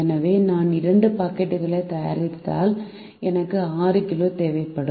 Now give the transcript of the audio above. எனவே நான் இரண்டு பாக்கெட்டுகளை தயாரித்தால் எனக்கு 6 கிலோ தேவைப்படும்